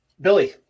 Billy